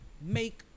make